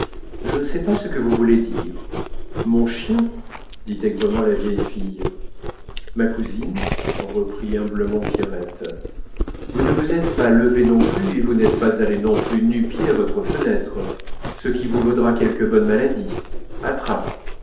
je ne sais pas ce que vous voulez dire mon chien dit aigrement la vieille fille ma cousine reprit humblement pierrette vous ne vous êtes pas levée non plus et vous n'êtes pas allée non plus nu-pieds à votre fenêtre ce qui vous vaudra quelque bonne maladie attrape